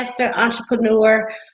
Entrepreneur